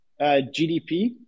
GDP